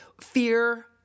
fear